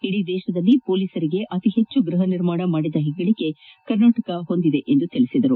ಇದೀ ದೇಶದಲ್ಲಿ ಪೊಲೀಸರಿಗೆ ಅತಿಹೆಚ್ಚು ಗೃಹ ನಿರ್ಮಾಣ ಮಾಡಿದ ಹೆಗ್ಗಳಿಕೆಯನ್ನು ರಾಜ್ಯ ಹೊಂದಿದೆ ಎಂದರು